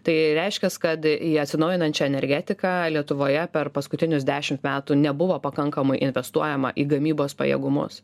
tai reiškias kad į atsinaujinančią energetiką lietuvoje per paskutinius dešimt metų nebuvo pakankamai investuojama į gamybos pajėgumus